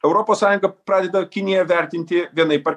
europos sąjunga pradeda kiniją vertinti vienaip ar